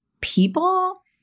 people